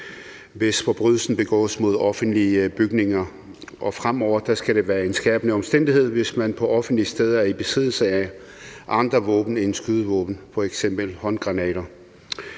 hvis forbrydelsen begås mod offentlige bygninger. Fremover skal det være en skærpende omstændighed, hvis man på offentlige steder er i besiddelse af andre våben end skydevåben, f.eks. håndgranater.